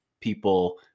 people